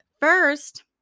First